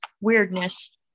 Weirdness